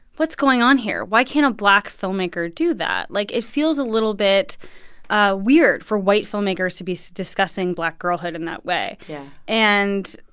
what's going on here? why can't a black filmmaker do that? like, it feels a little bit ah weird for white filmmakers to be discussing black girlhood in that way yeah and,